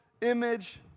image